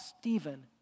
Stephen